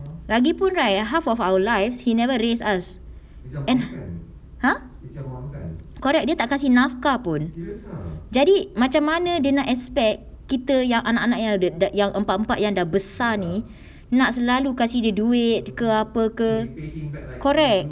lagipun right half of our lives he never raise us and !huh! correct dia tak kasih nafkah pun jadi macam mana dia nak expect kita yang anak-anak yang ada yang empat empat yang dah besar ni nak selalu kasih dia duit ke apa ke correct